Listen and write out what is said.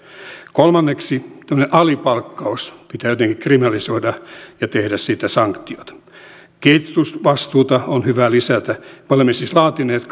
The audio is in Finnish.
kolmanneksi tämmöinen alipalkkaus pitää jotenkin kriminalisoida ja tehdä siihen sanktiot ketjuvastuuta on hyvä lisätä me olemme siis laatineet